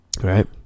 Right